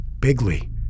Bigley